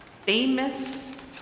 famous